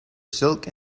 silk